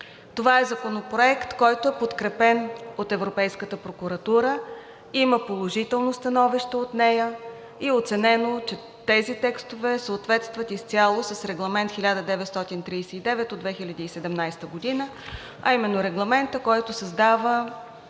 Това е Законопроект, който е подкрепен от Европейската прокуратура, има положително становище от нея и е оценено, че тези текстове съответстват изцяло с Регламент № 1939/2017 г., а именно Регламента, който създава